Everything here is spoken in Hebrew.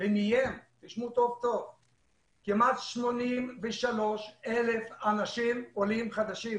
ונהיה כמעט 83,000 אנשים עולים חדשים.